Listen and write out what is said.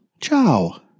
Ciao